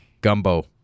gumbo